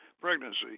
pregnancy